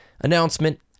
announcement